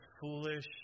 foolish